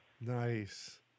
Nice